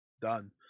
done